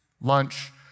lunch